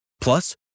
Plus